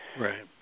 Right